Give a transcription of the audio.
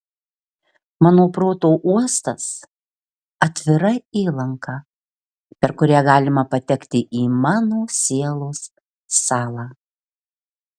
mano proto uostas atvira įlanka per kurią galima patekti į mano sielos sąlą